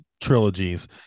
trilogies